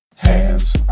Hands